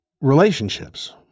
relationships